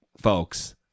folks